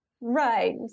Right